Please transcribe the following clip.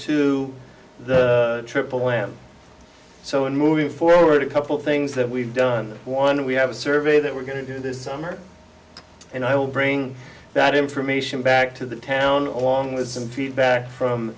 to the triple land so in moving forward a couple things that we've done one we have a survey that we're going to do this summer and i will bring that information back to the town on long with some feedback from